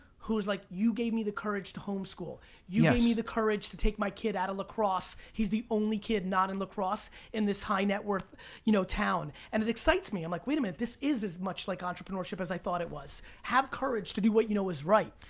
who's like, you gave me the courage to homeschool. you give me the courage to take my kid out of lacrosse. he's the only kid not in lacrosse in this high net worth you know town, and it excites me i'm like, wait a minute, this is as much like entrepreneurship as i thought it was. have courage to do what you know is right.